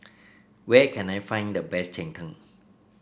where can I find the best Cheng Tng